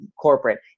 Corporate